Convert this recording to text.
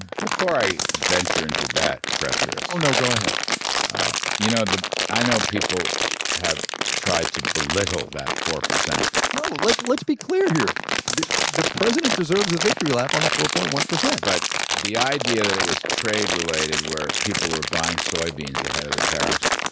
before i venture into that treacherous oh no, go ahead you know i know people have tried to belittle that four percent no, let's let's be clear here the the president deserves a victory lap on the four point one percent but the idea that it was trade-related, where people are buying soybeans ahead of the tariffs.